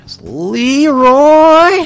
Leroy